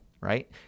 right